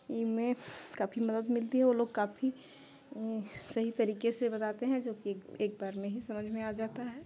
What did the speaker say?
इस में काफ़ी मदद मिलती है वो लोग काफ़ी सही तरीके से बताते हैं जो कि एक बार में ही समझ में आ जाता है